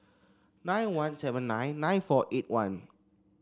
nine one seven nine nine four eight one